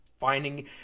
finding